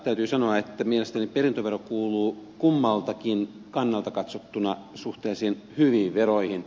täytyy sanoa että mielestäni perintövero kuuluu kummaltakin kannalta katsottuna suhteellisen hyviin veroihin